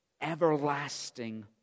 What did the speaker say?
everlasting